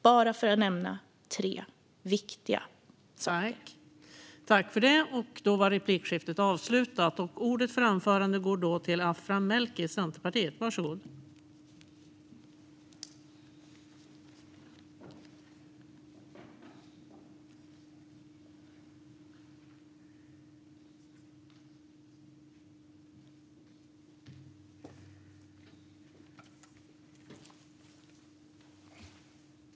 Detta för att nämna bara tre viktiga saker.